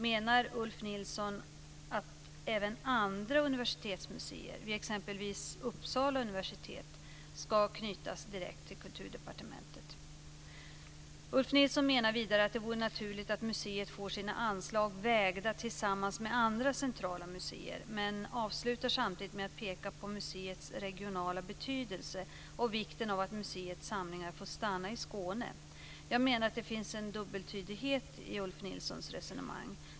Menar Ulf Nilsson att även andra universitetsmuseer, vid exempelvis Uppsala universitet, ska knytas direkt till Kulturdepartementet? Ulf Nilsson menar vidare att det vore naturligt att museet får sina anslag vägda tillsammans med andra centrala museer men avslutar samtidigt med att peka på museets regionala betydelse och vikten av att museets samlingar får stanna i Skåne. Jag menar att det finns en dubbeltydighet i Ulf Nilssons resonemang.